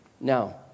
Now